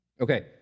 okay